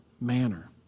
manner